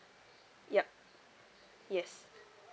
yup yes